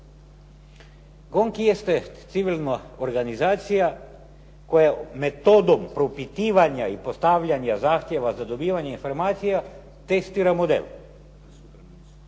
GONG jeste civilna organizacija koja metodom propitivanja i postavljanja zahtjeva za dobivanje informacija testira model